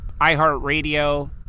iHeartRadio